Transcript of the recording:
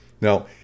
Now